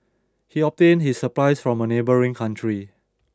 he obtained his supplies from a neighbouring country